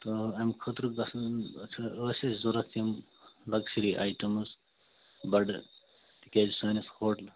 تہٕ أمۍ خٲطرٕ گژھَن ٲسۍ اَسہِ ضُوٚرَتھ تِم لَکجٕری آیٹَمٕز بَڑٕ تِکیٛازِ سٲنِس ہوٹلَس